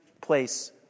place